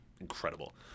incredible